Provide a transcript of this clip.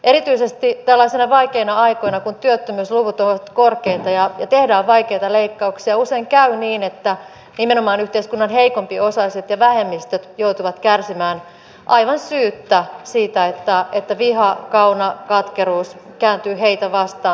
erityisesti tällaisina vaikeina aikoina kun työttömyysluvut ovat korkeita ja tehdään vaikeita leikkauksia usein käy niin että nimenomaan yhteiskunnan heikompiosaiset ja vähemmistöt joutuvat kärsimään aivan syyttä siitä että viha kauna katkeruus kääntyvät heitä vastaan